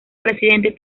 presidente